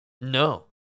No